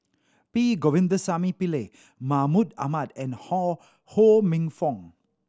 P Govindasamy Pillai Mahmud Ahmad and Ho Ho Minfong